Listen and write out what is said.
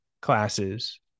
classes